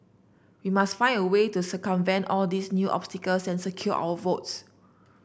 we must find a way to circumvent all these new obstacles and secure our votes